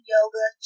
Yoga